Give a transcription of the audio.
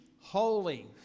holy